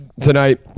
tonight